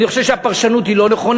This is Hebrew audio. אני חושב שהפרשנות היא לא נכונה.